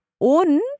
und